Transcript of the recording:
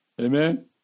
Amen